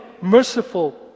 merciful